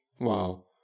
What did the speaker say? Wow